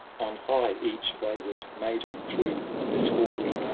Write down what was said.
on high each wayward maiden threw her swarthy